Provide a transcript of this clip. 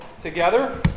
together